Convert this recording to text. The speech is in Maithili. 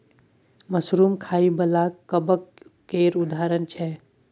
मसरुम खाइ बला कबक केर उदाहरण छै